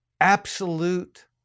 absolute